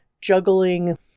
juggling